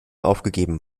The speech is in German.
aufgegeben